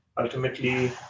Ultimately